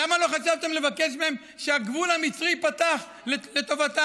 למה לא חשבתם לבקש מהם שהגבול המצרי ייפתח לטובתם?